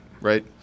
Right